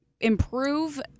improve